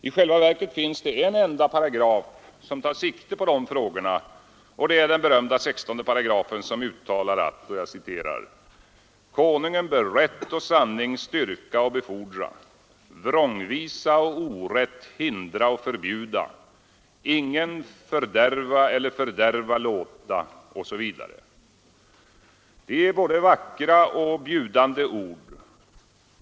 I själva verket finns det en enda paragraf som tar sikte på dessa frågor, och det är den berömda 16 § som uttalar att ”Konungen bör rätt och sanning styrka och befordra, vrångvisa och orätt hindra och förbjuda, ingen fördärva eller fördärva låta” osv. Det är både vackra och bjudande ord.